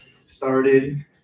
started